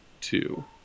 two